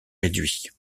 réduit